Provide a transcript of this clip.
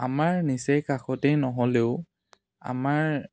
আমাৰ নিচেই কাষতেই নহ'লেও আমাৰ